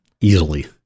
Easily